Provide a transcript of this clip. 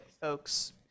folks